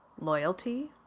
loyalty